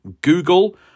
Google